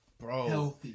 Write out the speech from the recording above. Bro